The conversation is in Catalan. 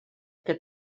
que